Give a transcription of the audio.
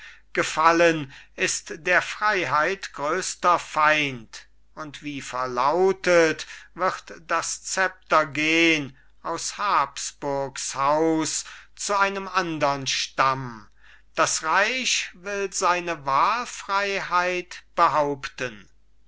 gefallen ist der freiheit größter feind und wie verlautet wird das zepter gehn aus habsburgs haus zu einem andern stamm das reich will seine wahlfreiheit behaupten